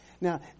Now